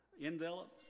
envelope